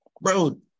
bro